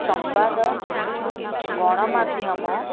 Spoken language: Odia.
ସମ୍ବାଦ ଗଣମାଧ୍ୟମ